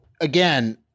again-